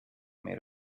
made